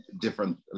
Different